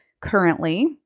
currently